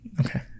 okay